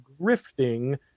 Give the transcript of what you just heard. grifting